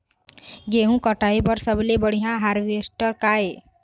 गेहूं कटाई बर सबले बढ़िया हारवेस्टर का ये?